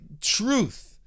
truth